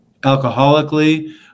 alcoholically